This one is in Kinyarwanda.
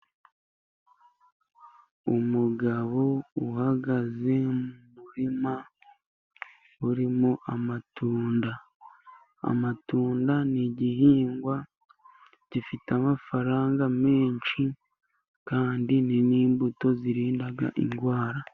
Umugabo uhagaze mu murima urimo amatunda , amatunda ni igihingwa gifite amafaranga menshi kandi ni n'imbuto zirinda indwara.